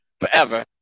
forever